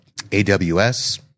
AWS